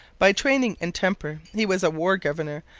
by training and temper he was a war governor,